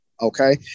Okay